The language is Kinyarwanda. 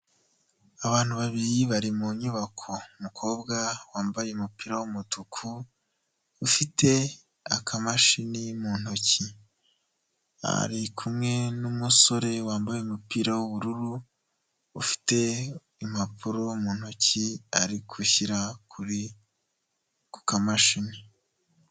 Abantu babiri bari mu nyubako, umukobwa wambaye umupira w'umutuku ufite akamashini mu ntoki, ari kumwe n'umusore wambaye umupira w'ubururu ufite impapuro mu ntoki, ari gushyira ku kamashini.